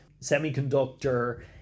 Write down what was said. semiconductor